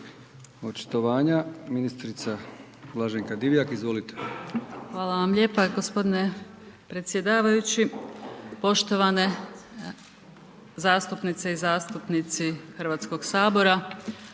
očitovanja ministrica Blaženka Divjak. Izvolite. **Divjak, Blaženka** Hvala vam lijepa gospodine predsjedavajući. Poštovane zastupnice i zastupnici Hrvatskog sabora.